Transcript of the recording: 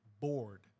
bored